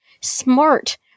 smart